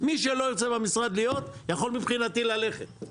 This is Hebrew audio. מי שלא ירצה במשרד להיות יכול מבחינתי ללכת.